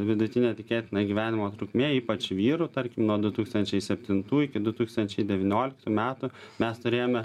vidutinė tikėtina gyvenimo trukmė ypač vyrų tarkim nuo du tūkstančiai septintų iki du tūkstančiai devynioliktų metų mes turėjome